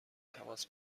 تماس